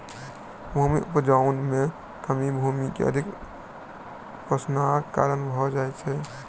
भूमि उपजाऊपन में कमी भूमि के अधिक शोषणक कारण भ जाइत अछि